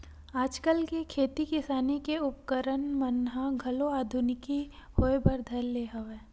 आजकल के खेती किसानी के उपकरन मन ह घलो आधुनिकी होय बर धर ले हवय